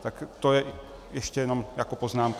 Tak to ještě jenom jako poznámka.